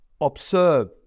observe